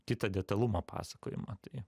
kitą detalumą pasakojimo tai